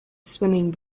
swimming